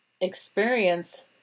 experience